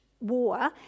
war